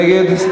מי נגד?